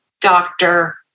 doctor